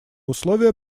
условия